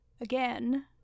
again